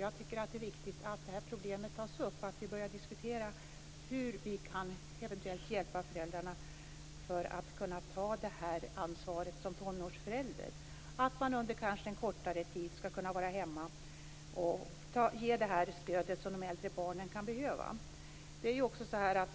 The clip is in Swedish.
Jag tycker att det är viktigt att detta problem tas upp och att vi börjar diskutera hur vi eventuellt kan hjälpa föräldrarna att ta ansvaret som tonårsförälder. Man kan skall kunna vara hemma under en kortare tid för att ge det stöd som de äldre barnen kan behöva.